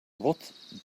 what